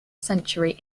century